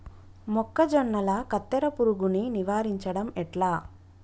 మొక్కజొన్నల కత్తెర పురుగుని నివారించడం ఎట్లా?